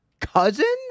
Cousins